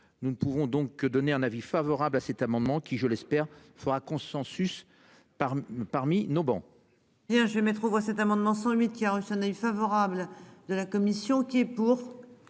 Nous ne pouvons donc donné un avis favorable à cet amendement qui je l'espère fera consensus parmi parmi nos bancs. Eh bien je vais mettre voix cet amendement sans humide qui a reçu un avis favorable de la commission qui est pour.